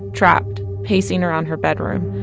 trapped. pacing around her bedroom.